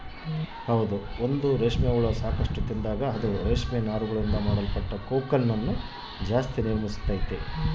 ಒಂದು ರೇಷ್ಮೆ ಹುಳ ಸಾಕಷ್ಟು ತಿಂದಾಗ, ಅದು ರೇಷ್ಮೆ ನಾರುಗಳಿಂದ ಮಾಡಲ್ಪಟ್ಟ ಕೋಕೂನ್ ಅನ್ನು ನಿರ್ಮಿಸ್ತೈತೆ